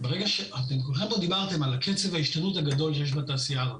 כולכם פה דיברתם על קצב ההשתנות הגדול שיש בתעשייה הזו,